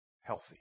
healthy